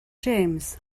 james